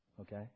Okay